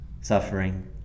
suffering